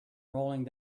rolling